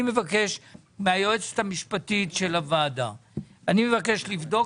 אני מבקש מהיועצת המשפטית של הוועדה לבדוק